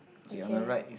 okay